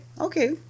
okay